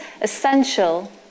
essential